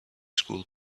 school